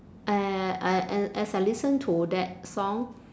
and and and as I listen to that song